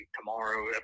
tomorrow